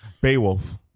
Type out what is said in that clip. Beowulf